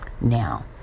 now